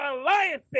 alliances